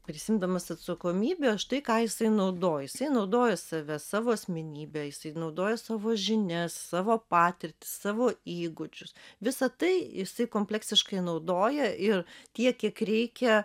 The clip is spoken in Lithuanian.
prisiimdamas atsakomybę už tai ką jisai naudoja jisai naudoja save savo asmenybę jisai naudoja savo žinias savo patirtį savo įgūdžius visa tai jisai kompleksiškai naudoja ir tiek kiek reikia